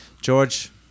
George